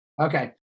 Okay